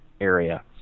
area